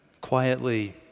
quietly